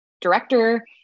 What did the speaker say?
director